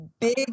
big